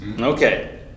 Okay